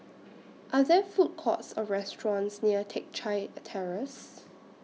Are There Food Courts Or restaurants near Teck Chye Terrace